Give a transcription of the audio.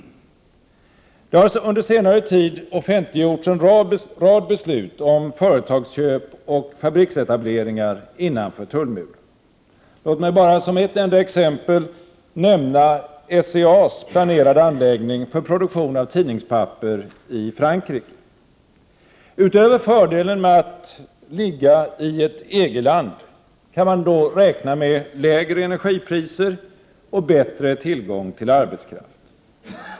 Det har under senare tid offentliggjorts en rad beslut om företagsköp och fabriksetableringar innanför tullmuren. Låt mig bara som exempel nämna SCA:s planerade anläggning för produktion av tidningspapper i Frankrike. Utöver fördelen med att ligga i ett EG-land kan man räkna med lägre energipriser och bättre tillgång till arbetskraft.